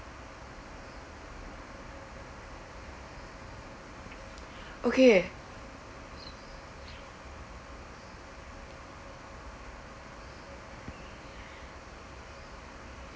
okay